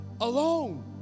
alone